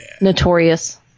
Notorious